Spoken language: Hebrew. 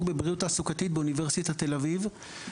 בבריאות תעסוקתית באוניברסיטת תל אביב.